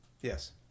Yes